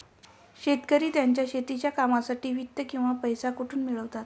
शेतकरी त्यांच्या शेतीच्या कामांसाठी वित्त किंवा पैसा कुठून मिळवतात?